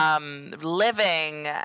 living